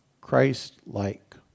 Christ-like